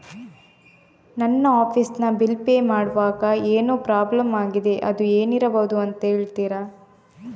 ನನ್ನ ಆಫೀಸ್ ನ bill pay ಮಾಡ್ವಾಗ ಏನೋ ಪ್ರಾಬ್ಲಮ್ ಆಗಿದೆ ಅದು ಏನಿರಬಹುದು ಅಂತ ಹೇಳ್ತೀರಾ?